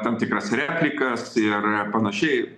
tam tikras replikas ir panašiai